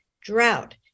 drought